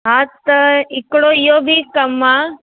हा त हिकिड़ो इहो बि कमु आहे